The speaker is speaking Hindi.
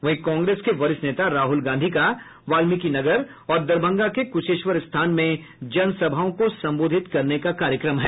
वहीं कांग्रेस के वरिष्ठ नेता राहुल गांधी का वाल्मीकिनगर और दरभंगा के कुशेश्वर स्थान में जनसभाओं को संबोधित करने का कार्यक्रम है